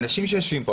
האנשים שיושבים כאן,